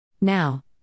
Now